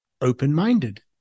Open-minded